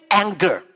anger